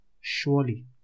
Surely